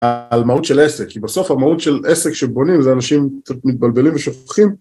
על מהות של עסק. כי בסוף המהות של עסק שבונים זה אנשים קצת מתבלבלים ושוכחים